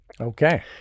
Okay